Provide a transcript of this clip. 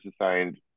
assigned